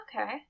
Okay